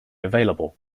available